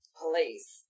police